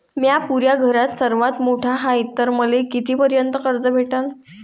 म्या पुऱ्या घरात सर्वांत मोठा हाय तर मले किती पर्यंत कर्ज भेटन?